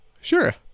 Sure